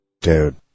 Dude